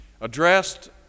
addressed